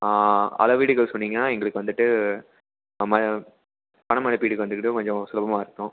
அளவீடுகள் சொன்னீங்கன்னால் எங்களுக்கு வந்துட்டு ம பணம் மதிப்பீட்டுக்கு வந்துக்கிட்டு கொஞ்சம் சுலபமாக இருக்கும்